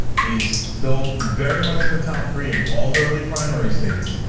he's still very much in the top three in all the early primary states.